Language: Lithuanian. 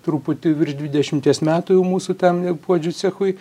truputį virš dvidešimties metų jau mūsų tam puodžių cechui